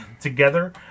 together